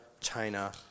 China